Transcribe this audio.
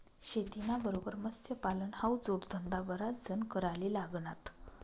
शेतीना बरोबर मत्स्यपालन हावू जोडधंदा बराच जण कराले लागनात